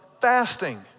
fasting